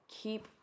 keep